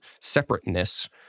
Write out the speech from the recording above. separateness